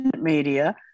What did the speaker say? media